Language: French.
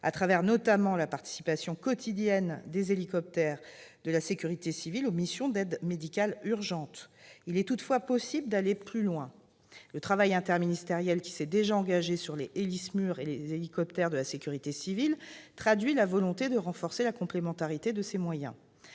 à travers, notamment, la participation quotidienne des hélicoptères de la sécurité civile aux missions d'aide médicale urgente. Il est toutefois possible d'aller plus loin. Le travail interministériel qui a déjà été engagé sur les Héli-SMUR et les hélicoptères de la sécurité civile traduit la volonté de renforcer la complémentarité de ces moyens.